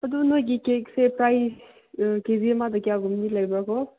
ꯑꯗꯨ ꯅꯣꯏꯒꯤ ꯀꯦꯛꯁꯦ ꯄ꯭ꯔꯥꯏꯁ ꯀꯦ ꯖꯤ ꯑꯃꯗ ꯀꯌꯥꯒꯨꯝꯕꯗꯤ ꯂꯩꯕ꯭ꯔꯥꯀꯣ